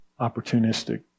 opportunistic